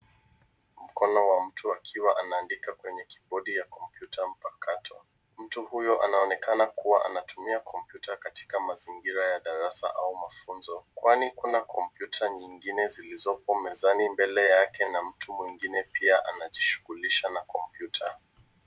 Mkono wa mtu akiwa kwenye kibodi ya kompyuta mpakato. Mtu huyo ana onekana akitumia kompyuta katika mazingira ya darasa au mafunzo kwani kuna kompyuta nyingine zilizopo mezani mbele yake na mtu mwingine pia anajishughulisha na kompyuta.